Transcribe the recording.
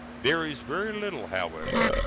there is very little, however,